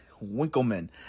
winkleman